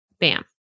bam